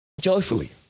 Joyfully